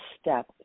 step